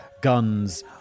guns